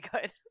good